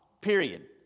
period